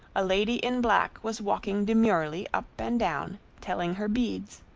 a lady in black was walking demurely up and down, telling her beads.